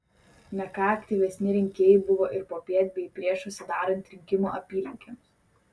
ne ką aktyvesni rinkėjai buvo ir popiet bei prieš užsidarant rinkimų apylinkėms